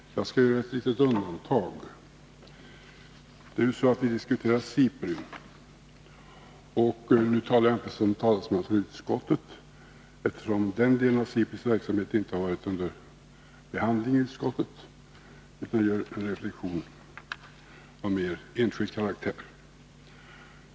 Jag skall dock göra ett litet undantag. Det är ju så att vi också har diskuterat SIPRI. — Nu yttrar jag mig inte som talesman för utskottet, eftersom den här delen av SIPRI:s verksamhet inte har varit under behandling i utskottet, utan jag gör en reflexion av mer enskild karaktär.